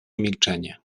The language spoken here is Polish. milczenie